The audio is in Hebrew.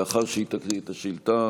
לאחר שהיא תקריא את השאילתה,